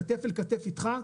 כתף אל כתף איתך,